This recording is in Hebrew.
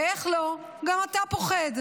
ואיך לא, גם אתה פוחד.